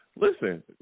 listen